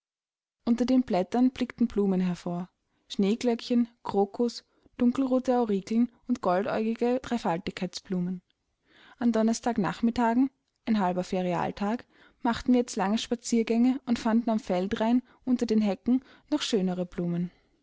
unter den blättern blickten blumen hervor schneeglöckchen krokus dunkelrote aurikeln und goldäugige dreifaltigkeitsblumen an donnerstagnachmittagen ein halber ferialtag machten wir jetzt lange spaziergänge und fanden am feldrain unter den hecken noch schönere blumen